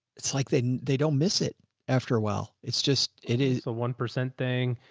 it's like they, they don't miss it after a while. it's just, it is a one percent thing.